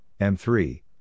M3